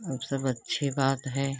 और सब अच्छी बात है